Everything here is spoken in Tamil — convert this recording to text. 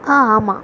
ஆ ஆமாம்